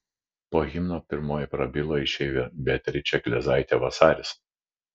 po himno pirmoji prabilo išeivė beatričė kleizaitė vasaris